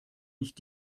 nicht